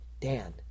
Dan